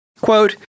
Quote